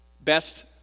best